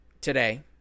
Today